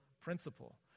principle